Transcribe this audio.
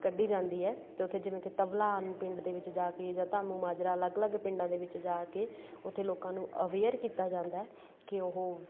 ਕੱਢੀ ਜਾਂਦੀ ਹੈ ਅਤੇ ਉੱਥੇ ਜਿਵੇਂ ਕਿ ਤਬਲਾਨ ਪਿੰਡ ਦੇ ਵਿੱਚ ਜਾ ਕੇ ਜਾਂ ਧਾਮੂ ਮਾਜਰਾ ਅਲੱਗ ਅਲੱਗ ਪਿੰਡਾਂ ਦੇ ਵਿੱਚ ਜਾ ਕੇ ਉੱਥੇ ਲੋਕਾਂ ਨੂੰ ਅਵੇਅਰ ਕੀਤਾ ਜਾਂਦਾ ਹੈ ਕਿ ਉਹ